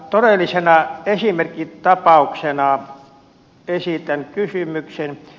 todellisena esimerkkitapauksena esitän kysymyksen